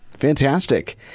fantastic